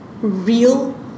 real